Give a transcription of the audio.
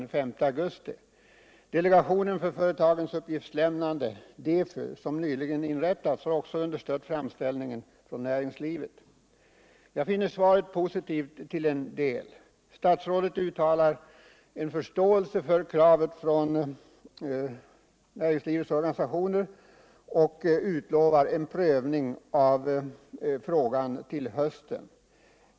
Den nyligen inrättade delegationen för företagens uppgiftslämnande, DEFU, har understött framställningen från näringslivet. Jag finner svaret positivt till en del. Statsrådet uttalar förståelse för kravet från näringslivets organisationer och utlovar en prövning av frågan till hösten.